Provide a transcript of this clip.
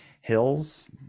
hills